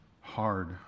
hard